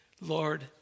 Lord